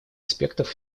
аспектов